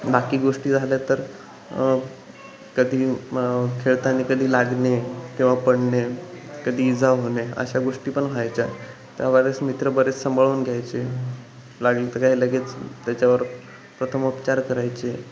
बाकी गोष्टी झाल्या तर कधी मग खेळताना कधी लागणे किंवा पडणे कधी इजा होणे अशा गोष्टी पण व्हायच्या त्या बरेच मित्र बरेच सांभाळून घ्यायचे लागले तर काही लगेच त्याच्यावर प्रथमोपचार करायचे